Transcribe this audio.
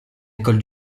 école